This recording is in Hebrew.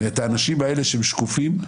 ואת האנשים האלה, שהם שקופים,